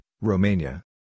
Romania